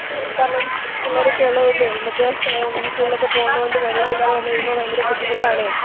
കാരണം പിള്ളേരൊക്കെ ഉള്ളത് കൊണ്ട് നമുക്ക് സ്കൂളിലൊക്കെ പോകുന്നത് കൊണ്ട് വെള്ളം ഇല്ലാതെ വന്നുകഴിയുമ്പോൾ ഭയങ്കര ബുദ്ധിമുട്ടാണ്